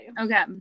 Okay